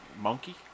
Monkey